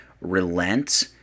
relent